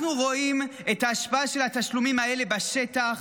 אנחנו רואים את ההשפעה של התשלומים האלה בשטח,